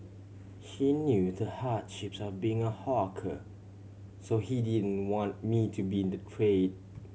he knew the hardships of being a hawker so he didn't want me to be in the trade